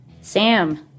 Sam